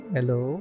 Hello